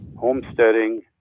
homesteading